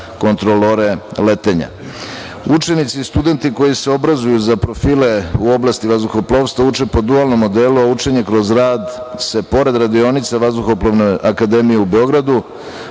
kontrolore letenja. Učenici i studenti koji se obrazuju za profile u oblasti vazduhoplovstva uče po dualnom modelu. Učenje kroz rad se pored radionica Vazduhoplovne akademije u Beogradu